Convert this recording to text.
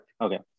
okay